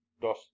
dos